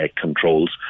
controls